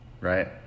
right